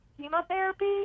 chemotherapy